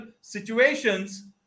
situations